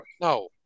No